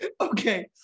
Okay